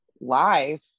life